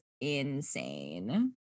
insane